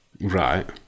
Right